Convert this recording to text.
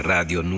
Radio